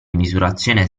misurazione